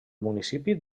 municipi